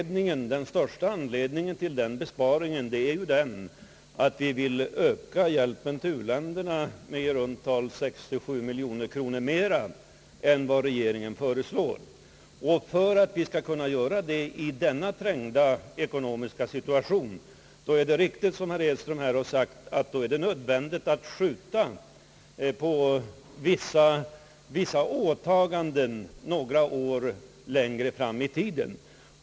Den viktigaste anledningen till denna vår önskan är att vi vill öka hjälpen till u-länderna med cirka 67 miljoner kronor mer än vad regeringen föreslagit. För att vi skall kunna göra detta i denna trängda ekonomiska situation är det, som herr Edström sagt, nödvändigt att skjuta på vissa åtaganden några år framåt i tiden.